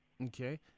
Okay